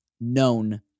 known